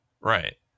Right